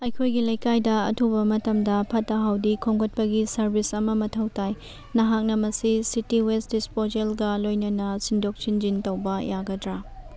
ꯑꯩꯈꯣꯏꯒꯤ ꯂꯩꯀꯥꯏꯗ ꯑꯊꯨꯕ ꯃꯇꯝꯗ ꯐꯠꯇ ꯍꯧꯗꯤ ꯈꯣꯝꯒꯠꯄꯒꯤ ꯁꯔꯕꯤꯁ ꯑꯃ ꯃꯊꯧ ꯇꯥꯏ ꯅꯍꯥꯛꯅ ꯃꯁꯤ ꯁꯤꯇꯤ ꯋꯦꯁ ꯗꯤꯁꯄꯣꯖꯦꯜꯒ ꯂꯣꯏꯅꯅ ꯁꯤꯟꯗꯣꯛ ꯁꯤꯟꯖꯤꯟ ꯇꯧꯕ ꯌꯥꯒꯗ꯭ꯔ